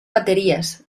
baterías